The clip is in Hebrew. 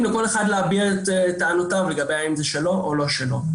לכל אחד להביע את טענותיו האם זה שלו או לא שלו.